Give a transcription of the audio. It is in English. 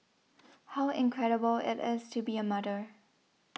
how incredible it is to be a mother